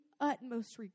utmost